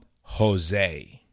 Jose